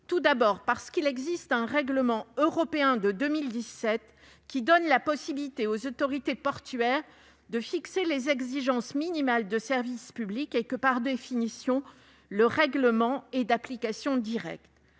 Tout d'abord, il existe un règlement européen de 2017 qui donne la possibilité aux autorités portuaires de fixer les exigences minimales de service public. Or, par définition, les règlements européens sont d'application directe.